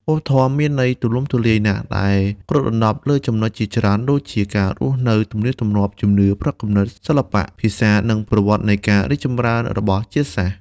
វប្បធម៌មានន័យទូលំទូលាយណាស់ ដែលគ្របដណ្ដប់លើចំណុចជាច្រើនដូចជា ការរស់នៅ ទំនៀមទម្លាប់ ជំនឿ ផ្នត់គំនិត សិល្បៈ ភាសា និងប្រវត្តិនៃការរីកចម្រើនរបស់ជាតិសាសន៍។